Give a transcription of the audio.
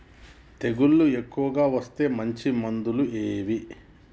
తెగులు ఎక్కువగా వస్తే మంచి మందులు ఏవి?